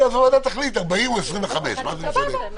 הוועדה תחליט 40 או 25. מה זה משנה?